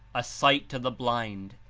a sight to the blind,